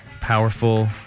powerful